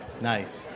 nice